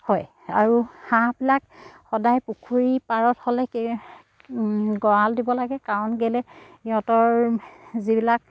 হয় আৰু হাঁহবিলাক সদায় পুখুৰী পাৰত হ'লে গঁৰাল দিব লাগে কাৰণ কেলৈ সিহঁতৰ যিবিলাক